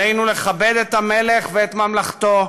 עלינו לכבד את המלך ואת ממלכתו,